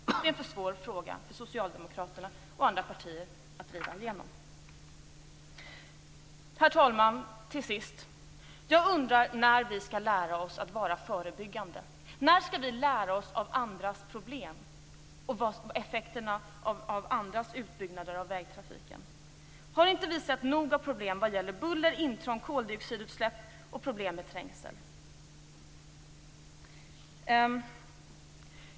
Det här är en för svår fråga för Socialdemokraterna och andra partier att driva igenom. Herr talman! Jag undrar när vi skall lära oss att vara förebyggande. När skall vi lära oss av andras problem, av effekterna av andras utbyggnader av vägtrafiken? Har inte vi sett nog av problem vad gäller buller, intrång, koldioxidutsläp och problem med trängsel?